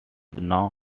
now